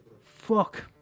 Fuck